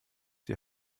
die